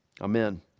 Amen